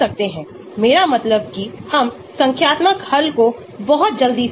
ये मलेरिया रोधी गतिविधि हैं फेनेंथ्रीन एमिनो कारबिनोल की